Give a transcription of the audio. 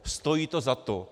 Stojí to za to.